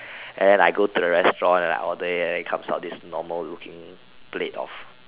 and I go to the restaurant and I order it and it comes out this normal looking plate of